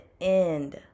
end